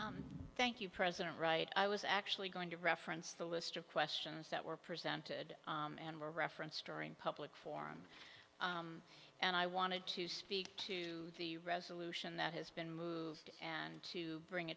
or thank you president right i was actually going to reference the list of questions that were presented and were referenced or in public form and i wanted to speak to the resolution that has been moved and to bring